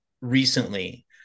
recently